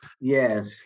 Yes